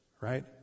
right